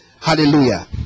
Hallelujah